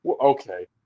okay